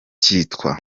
kitwa